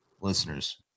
listeners